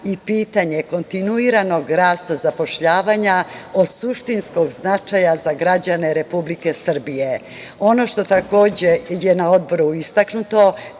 i pitanje kontinuiranog rasta zapošljavanja od suštinskog značaja za građane Republike Srbije. Ono što je takođe na Odboru istaknuto,